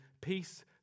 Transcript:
peace